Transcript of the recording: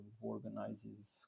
organizes